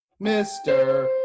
Mr